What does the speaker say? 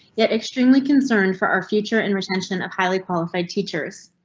yet extremely concerned for our future and retention of highly qualified teachers.